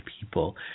people